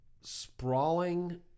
sprawling